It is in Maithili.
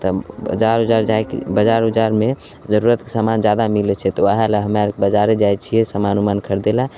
तऽ बाजार उजार जाइके बाजार उजारमे जरूरतके सामान जादा मिलै छै तऽ वएह ले हमे आर बाजारे जाइ छिए सामान उमान खरिदैले